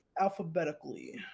alphabetically